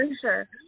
sure